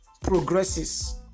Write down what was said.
progresses